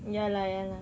ya lah ya lah